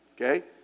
Okay